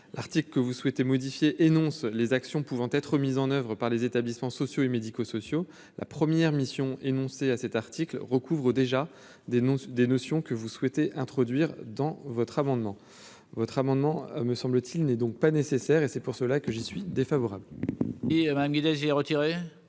l'article que vous souhaitez modifier énonce les actions pouvant être mises en oeuvre par les établissements sociaux et médico-sociaux. La première mission énoncé à cet article recouvre déjà des noms des notions que vous souhaitez introduire dans votre amendement, votre amendement, me semble-t-il, n'est donc pas nécessaire et c'est pour cela que j'y suis défavorable.